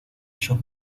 ellos